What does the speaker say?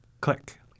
Click